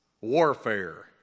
warfare